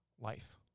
life